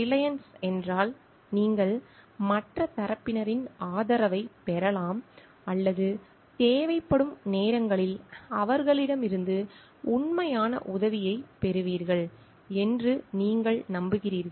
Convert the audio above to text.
Reliance என்றால் நீங்கள் மற்ற தரப்பினரின் ஆதரவைப் பெறலாம் அல்லது தேவைப்படும் நேரங்களில் அவர்களிடமிருந்து உண்மையான உதவியைப் பெறுவீர்கள் என்று நீங்கள் நம்புகிறீர்கள்